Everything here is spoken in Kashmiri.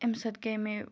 امہِ سۭتۍ گٔے مےٚ